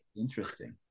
Interesting